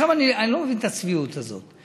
אני לא מבין את הצביעות הזאת.